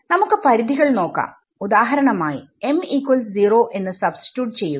നമുക്ക് പരിധികൾ നോക്കാം ഉദാഹരണമായി m0 എന്ന് സബ്സ്ടിട്യൂട്ട് ചെയ്യുക